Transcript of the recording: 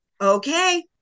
Okay